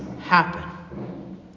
happen